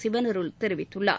சிவனருள் தெரிவித்துள்ளார்